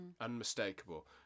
Unmistakable